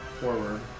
forward